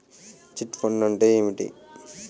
Chit fund అంటే ఏంటి?